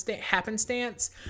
happenstance